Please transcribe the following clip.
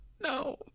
no